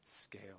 scale